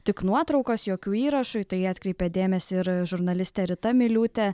tik nuotraukos jokių įrašų į tai atkreipė dėmesį ir žurnalistė rita miliūtė